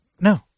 no